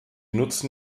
nutzen